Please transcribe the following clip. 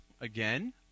again